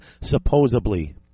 Supposedly